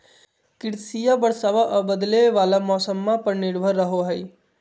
कृषिया बरसाबा आ बदले वाला मौसम्मा पर निर्भर रहो हई